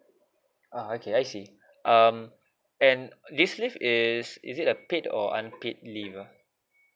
ah okay I see um and this leave is is it a paid or unpaid leave ah